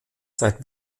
seit